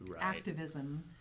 activism